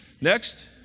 Next